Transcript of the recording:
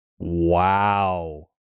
Wow